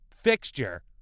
fixture